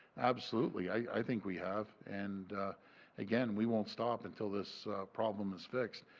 absolutely, i think we have. and again, we will not stop until this problem is fixed.